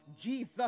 Jesus